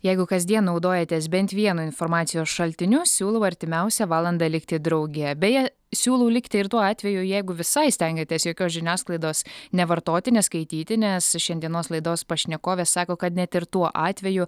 jeigu kasdien naudojatės bent vienu informacijos šaltiniu siūlau artimiausią valandą likti drauge beje siūlau likti ir tuo atveju jeigu visai stengiatės jokios žiniasklaidos nevartoti neskaityti nes šiandienos laidos pašnekovė sako kad net ir tuo atveju